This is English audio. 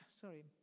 sorry